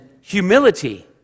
humility